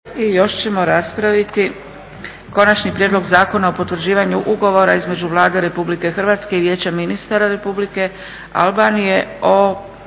I još ćemo raspraviti - Konačni prijedlog zakona o potvrđivanju Ugovora između Vlade Republike Hrvatske i Vijeća ministara Republike Albanije o